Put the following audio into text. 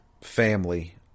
family